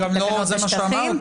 גם לא זה מה שאמרתי.